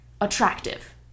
attractive